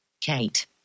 Kate